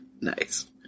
Nice